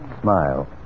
smile